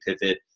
pivot